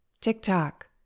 TikTok